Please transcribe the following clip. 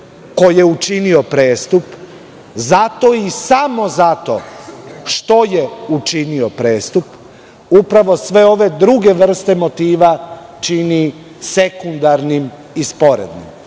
ko je učinio prestup, zato i samo zato što je učinio prestup, upravo sve ove druge vrste motiva čini sekundarnim i sporednim.